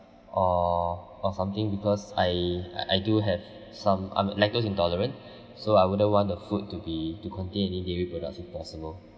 or or something because I I I do have some I'm lactose intolerant so I wouldn't want the food to be to contain any dairy products if possible